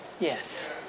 Yes